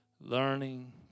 Learning